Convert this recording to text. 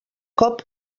cop